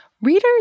Readers